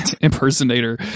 impersonator